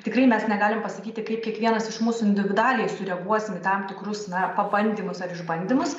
tikrai mes negalim pasakyti kaip kiekvienas iš mūsų individualiai sureaguosim į tam tikrus na pabandymus ar išbandymus